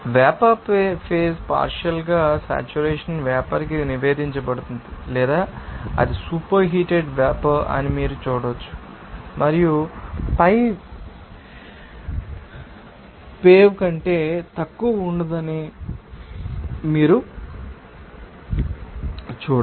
vapour phase పార్షియల్ంగా saturation vapour కి నివేదించబడుతుంది లేదా అది సూపర్ హీటెడ్ వేపర్ అని మీరు చూడవచ్చు మరియు పై పైవ్ కంటే తక్కువ ఉండదని మీరు చూడవచ్చు